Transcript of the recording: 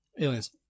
Aliens